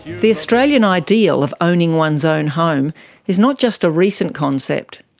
the australian ideal of owning one's own home is not just a recent concept.